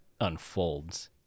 unfolds